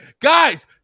guys